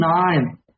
nine